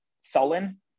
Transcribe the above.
sullen